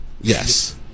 yes